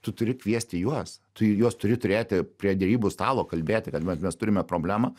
tu turi kviesti juos tu juos turi turėti prie derybų stalo kalbėti kad vat mes turime problemą